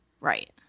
Right